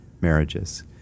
marriages